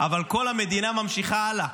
אבל כל המדינה ממשיכה הלאה.